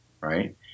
right